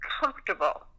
comfortable